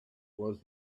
was